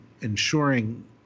ensuring